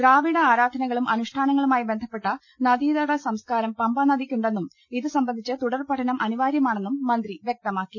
ദ്രാവിഡ ആരാധനകളും അനുഷ്ടാനങ്ങളുമായി ബന്ധ പ്പെട്ട നദീ തട സംസ്കാരം പമ്പാനദിക്കുണ്ടെന്നും ഇതു സംബ ന്ധിച്ച് തുടർ പഠനം അനിവാര്യമാണെന്നും മന്ത്രി വൃക്തമാക്കി